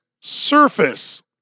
surface